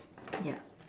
yup